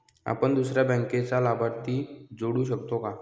आपण दुसऱ्या बँकेचा लाभार्थी जोडू शकतो का?